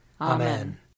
Amen